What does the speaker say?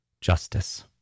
justice